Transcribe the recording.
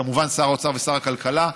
וכמובן שר האוצר ושר הכלכלה,